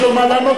יש לו מה לענות,